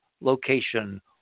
location